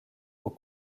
aux